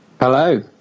Hello